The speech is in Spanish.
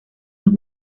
los